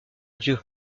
dieu